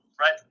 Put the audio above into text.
right